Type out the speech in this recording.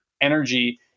energy